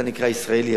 אתה נקרא ישראלי.